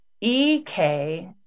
EK